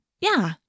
Yeah